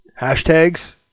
hashtags